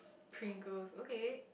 Pringles okay